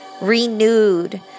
renewed